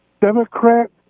Democrat